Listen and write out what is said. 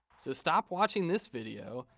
so stop watching this video,